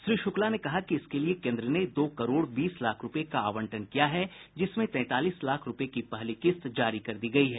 श्री शुक्ला ने कहा कि इसके लिए केन्द्र ने दो करोड़ बीस लाख रूपये का आवंटन किया है जिसमें तैंतालीस लाख रूपये की पहली किस्त जारी कर दी गयी है